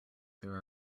there